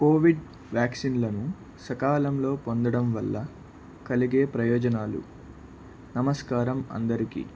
Covid వ్యాక్సిన్లను సకాలంలో పొందడం వల్ల కలిగే ప్రయోజనాలు నమస్కారం అందరికి